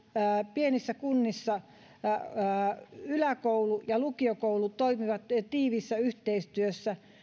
pienissä kunnissa joissa yläkoulu ja lukiokoulu toimivat tiiviissä yhteistyössä